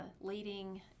leading